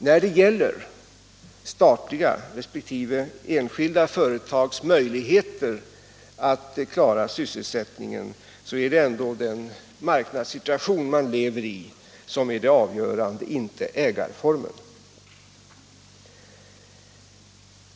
När det gäller statliga resp. enskilda företags möjligheter att klara sysselsättningen är det ändå den marknadssituation man lever i som är avgörande — inte ägarformen.